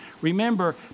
Remember